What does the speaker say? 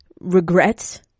regrets